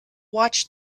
watched